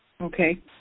Okay